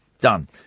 Done